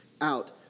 out